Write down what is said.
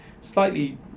slightly